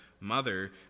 mother